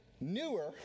newer